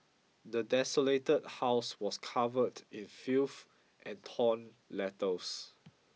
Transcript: the desolated house was covered in filth and torn letters